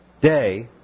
day